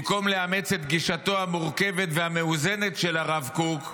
במקום לאמץ את גישתו המורכבת והמאוזנת של הרב קוק,